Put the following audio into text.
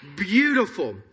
Beautiful